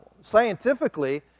Scientifically